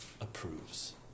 approves